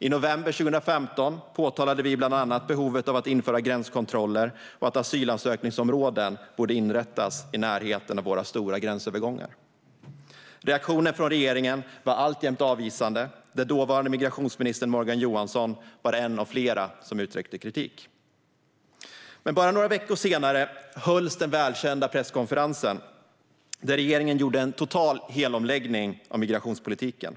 I november 2015 påtalade vi bland annat behovet av att införa gränskontroller och att asylansökningsområden borde inrättas i närheten av våra stora gränsövergångar. Reaktionen från regeringen var alltjämt avvisande, och dåvarande migrationsministern Morgan Johansson var en av flera som uttryckte kritik. Men bara några veckor senare hölls den välkända presskonferensen där regeringen gjorde en total helomläggning av migrationspolitiken.